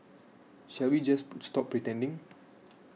shall we just stop pretending